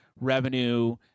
revenue